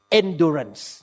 endurance